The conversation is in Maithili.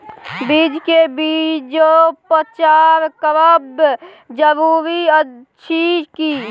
बीज के बीजोपचार करब जरूरी अछि की?